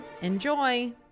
Enjoy